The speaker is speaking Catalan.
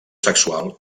sexual